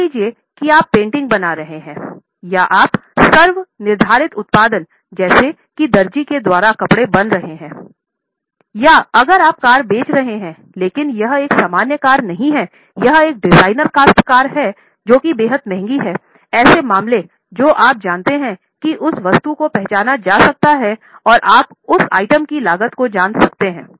मान लीजिए कि आप पेंटिंग बना रहे हैं या आप स्वनिर्धारित उत्पाद जैसे कि दर्जी के द्वारा कपड़ा बन रहें हैं या अगर आप कार बेच रहे हैं लेकिन यह एक सामान्य कार नहीं है यह एक डिज़ाइनर कॉस्ट कार है जो की बेहद महंगी है ऐसे मामले जो आप जानते हैं कि उस वस्तु को पहचाना जा सकता है और आप उस आइटम की लागत को जान सकते हैं